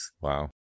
Wow